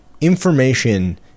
information